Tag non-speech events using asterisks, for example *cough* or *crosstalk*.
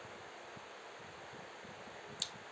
*noise*